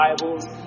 Bibles